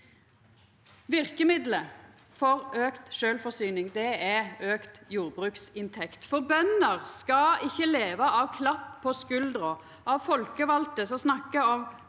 Verkemiddelet for auka sjølvforsyning er auka jordbruksinntekt, for bønder skal ikkje leva av klapp på skuldra frå folkevalde som snakkar om